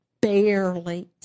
barely